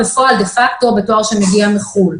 בפועל דה פקטו בתואר שמגיע מחוץ לארץ.